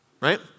right